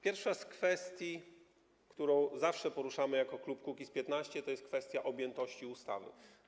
Pierwsza z kwestii, którą zawsze poruszamy jako klub Kukiz’15, to jest kwestia objętości ustawy.